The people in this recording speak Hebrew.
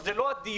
זה לא הדיון.